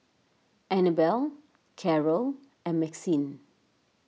Annabelle Caryl and Maxine